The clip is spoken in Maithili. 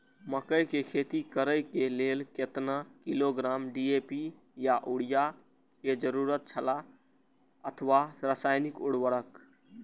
मकैय के खेती करे के लेल केतना किलोग्राम डी.ए.पी या युरिया के जरूरत छला अथवा रसायनिक उर्वरक?